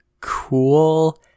cool